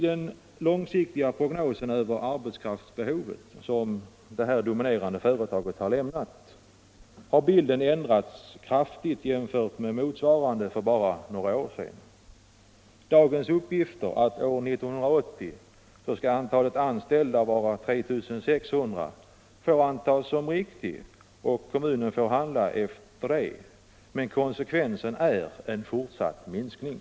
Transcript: Den långsiktiga prognos över arbetskraftsbehovet som detta dominerande företag har upprättat visar att bilden helt har ändrats jämfört med hur den såg ut för bara några år sedan. Dagens uppgift att antalet anställda 2” år 1980 skall vara 3 600 får antas vara riktig, och kommunen får handla därefter. Konsekvensen är en fortsatt minskning.